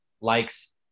likes